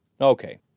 Okay